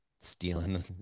stealing